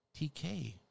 TK